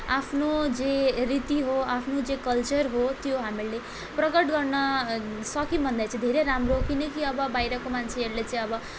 आफ्नो जे रीति हो आफ्नो जे कल्चर हो त्यो हामीहरूले प्रकट गर्न सक्यौँ भन्दा चाहिँ धेरै राम्रो किनकि अब बाहिरको मान्छेहरूले चाहिँ अब